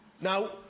Now